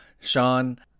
Sean